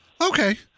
Okay